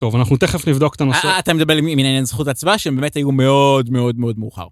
טוב, אנחנו תכף נבדוק את הנושא. -אתה מדבר עם עניין הזכות הצבעה, שבאמת היו מאוד מאוד מאוד מאוחר.